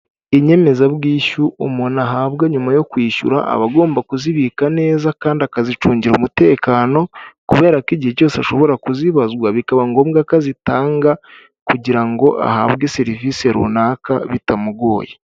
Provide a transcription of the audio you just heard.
Inyemezabwishyu umuntu ahabwa nyuma yo kwishyura aba agomba kuzibika neza kandi akazicungira umutekano, kubera ko igihe cyose ashobora kuzibazwa bikaba ngombwa ko azitanga kugira ngo ahabwe serivisi runaka bitamugoye.